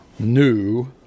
New